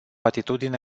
atitudine